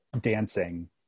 dancing